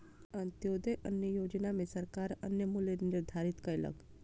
अन्त्योदय अन्न योजना में सरकार अन्नक मूल्य निर्धारित कयलक